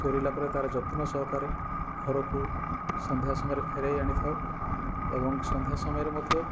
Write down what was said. ଫେରିଲା ପରେ ତା'ର ଯତ୍ନ ସହକାରେ ଘରକୁ ସନ୍ଧ୍ଯା ସମୟରେ ଫେରାଇ ଆଣିଥାଉ ଏବଂ ସନ୍ଧ୍ଯା ସମୟରେ ମଧ୍ୟ